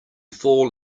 fall